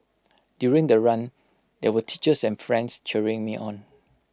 during the run there were teachers and friends cheering me on